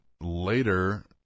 Later